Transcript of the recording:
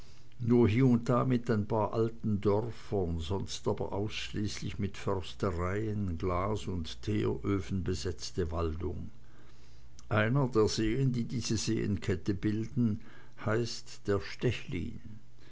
nur hie und da mit ein paar alten dörfern sonst aber ausschließlich mit förstereien glas und teeröfen besetzte waldung einer der seen die diese seenkette bilden heißt der stechlin